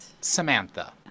Samantha